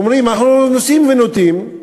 אומרים: אנחנו נושאים ונותנים,